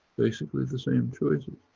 basically the same choices,